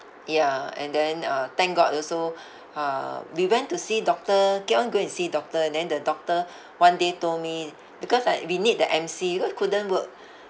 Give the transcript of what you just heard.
ya and then uh thank god also uh we went to see doctor keep on go and see doctor then the doctor one day told me because like we need the M_C because couldn't work